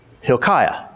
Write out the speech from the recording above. Hilkiah